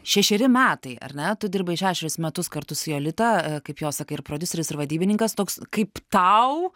šešeri metai ar ne tu dirbai šešerius metus kartu su jolita kaip jos sakai ir prodiuseris ir vadybininkas toks kaip tau